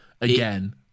Again